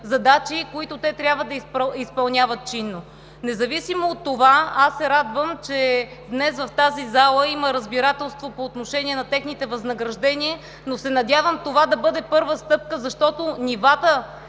които те трябва да изпълняват чинно. Независимо от това аз се радвам, че днес в тази зала има разбирателство по отношение на техните възнаграждения, но се надявам това да бъде първа стъпка, защото нивата,